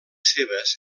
seves